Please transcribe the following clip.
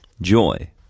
joy